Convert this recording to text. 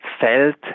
felt